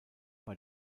bei